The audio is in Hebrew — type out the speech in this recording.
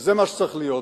וזה מה שצריך להיות.